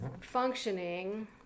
functioning